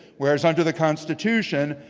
whereas, under the constitution,